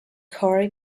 carole